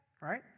right